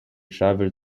traveled